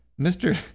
Mr